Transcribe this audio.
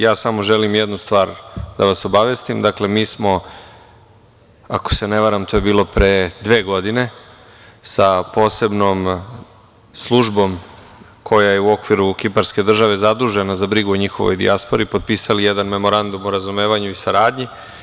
Ja samo želim jednu stvar da vas obavestim, mi smo ako se ne varam, to je bilo pre dve godine, sa posebnom službom koja je u okviru Kiparske države zadužena za brigu o njihovoj dijaspori, potpisali jedan memorandum o razumevanju i saradnji.